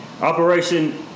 Operation